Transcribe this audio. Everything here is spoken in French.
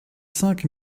cinq